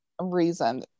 reason